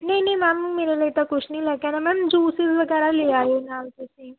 ਨਹੀਂ ਨਹੀਂ ਮੈਮ ਮੇਰੇ ਲਈ ਤਾਂ ਕੁਝ ਨਹੀਂ ਮੈਂ ਕਹਿਣਾ ਮੈਮ ਜੂਸ ਵਗੈਰਾ ਲੈ ਆਇਓ ਨਾਲ ਤੁਸੀਂ